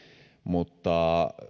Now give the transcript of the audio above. mutta